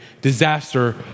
disaster